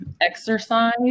exercise